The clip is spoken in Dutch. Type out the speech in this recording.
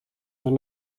zijn